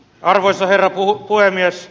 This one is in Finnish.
arvoisa herra puhemies